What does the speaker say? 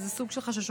איזה סוג של חששות,